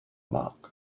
mark